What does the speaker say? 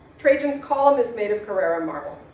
trajan's column is made of carrara marble.